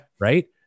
Right